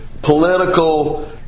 Political